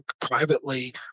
privately